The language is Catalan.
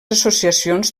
associacions